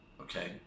okay